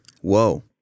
Whoa